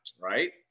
right